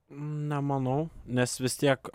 nemanau nes vis tiek